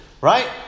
right